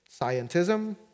scientism